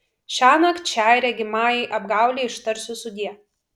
šiąnakt šiai regimajai apgaulei ištarsiu sudie